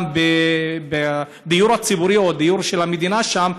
גם בדיור הציבורי או בדיור של המדינה שם,